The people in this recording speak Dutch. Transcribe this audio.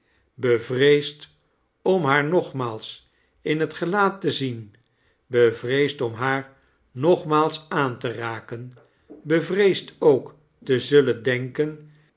bevreesd om haar nogmaals in het gelaat te zien bevreesd om haar nogmaals aan te raken bevreesd ook te zulleni denken